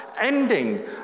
ending